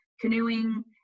canoeing